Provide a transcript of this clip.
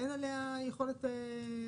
שאין עליה יכולת אכיפה,